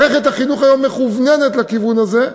ומערכת החינוך היום מכווננת לכיוון הזה.